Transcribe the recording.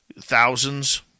thousands